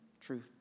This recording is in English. Truth